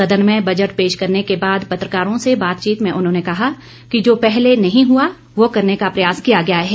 सदन में बजट पेश करने के बाद पत्रकारों से बातचीत में उन्होंने कहा कि जो पहले नहीं हुआ वह करने का प्रयास किया गया है